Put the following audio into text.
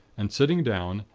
and, sitting down,